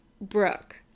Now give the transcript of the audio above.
Brooke